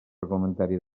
reglamentària